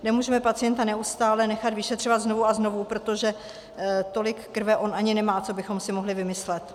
Nemůžeme pacienta neustále nechat vyšetřovat znovu a znovu, protože tolik krve on ani nemá, co bychom si mohli vymyslet.